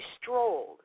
strolled